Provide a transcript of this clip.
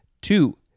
Two